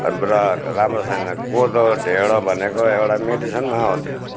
र राम्रोसँग कोदो ढेँडो भनेको एउटा मेडिसनमा आउँथ्यो